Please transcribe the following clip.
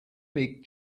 big